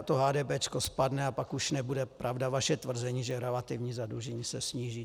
To HDP spadne a pak už nebude pravda vaše tvrzení, že relativní zadlužení se sníží.